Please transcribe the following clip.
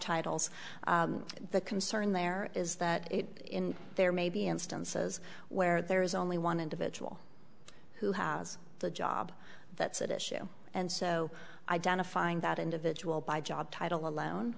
titles the concern there is that in there may be instances where there is only one individual who has the job that's at issue and so identifying that individual by job title alone